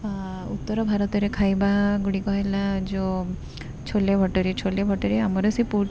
ଉତ୍ତର ଭାରତର ଖାଇବା ଗୁଡ଼ିକ ହେଲା ଯେଉଁ ଛୋଲେ ଭଟୁରେ ଛୋଲେ ଭଟୁରେ ଆମର ସେ